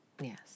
yes